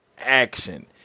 action